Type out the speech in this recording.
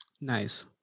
Nice